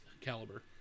caliber